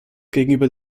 gegenüber